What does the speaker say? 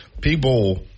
People